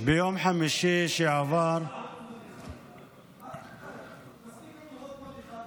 ביום חמישי שעבר מספיק לכם